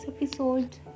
episode